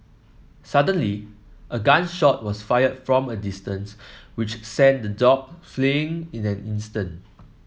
suddenly a gun shot was fired from a distance which sent the dog fleeing in an instant